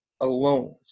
Alone